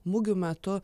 mugių metu